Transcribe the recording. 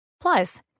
Plus